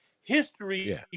History